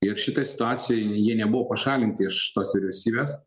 ir šitoj situacijoj jie nebuvo pašalinti iš tos vyriausybės